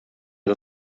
wir